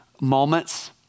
moments